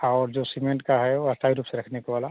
और जो सीमेंट का है वो आता है रुफ से रखने को वाला